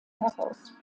heraus